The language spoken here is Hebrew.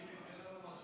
קינלי, תן לנו משהו.